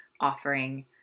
offering